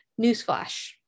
newsflash